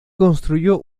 construyó